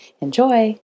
Enjoy